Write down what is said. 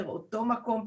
פר אותו המקום,